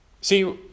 See